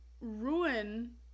ruin